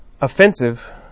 Offensive